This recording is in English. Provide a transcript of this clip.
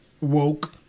woke